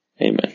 Amen